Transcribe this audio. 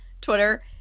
Twitter